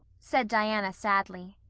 said diana sadly.